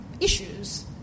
issues